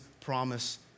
promise